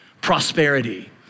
prosperity